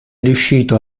riuscito